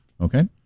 Okay